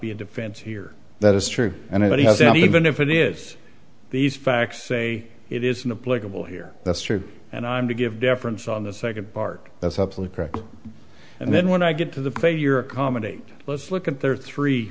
be a defense here that is true and it has even if it is these facts say it isn't a political here that's true and i'm to give deference on the second part that's absolutely correct and then when i get to the failure accommodate let's look at there are three